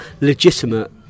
legitimate